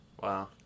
wow